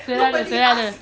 谁来的谁来的